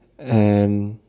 and